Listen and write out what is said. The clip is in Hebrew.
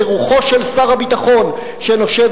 זו רוחו של שר הביטחון שנושבת,